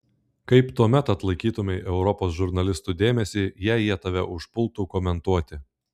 kaip tuomet atlaikytumei europos žurnalistų dėmesį jei jie tave užpultų komentuoti